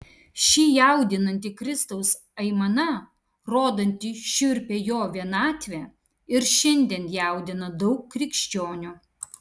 ši jaudinanti kristaus aimana rodanti šiurpią jo vienatvę ir šiandien jaudina daug krikščionių